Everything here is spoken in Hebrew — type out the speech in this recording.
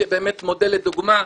שבאמת מודל לדוגמה,